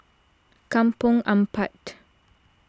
Kampong Ampat